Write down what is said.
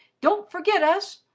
don't forget us.